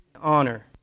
honor